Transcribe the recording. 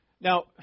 Now